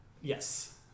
Yes